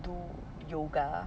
do yoga